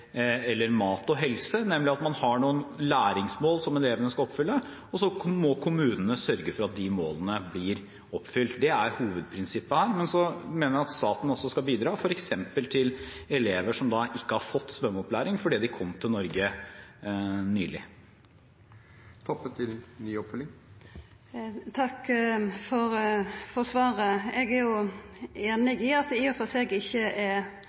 mat og helse, nemlig at man har noen læringsmål som elevene skal oppfylle, og så må kommunene sørge for at de målene blir oppfylt. Det er hovedprinsippet her. Men så mener jeg at staten også skal bidra, f.eks. når det gjelder elever som ikke har fått svømmeopplæring fordi de kom til Norge nylig. Takk for svaret. Eg er einig i at det i og for seg ikkje er